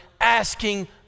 asking